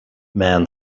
men